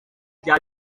bya